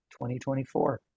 2024